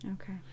Okay